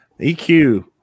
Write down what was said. EQ